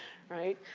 right.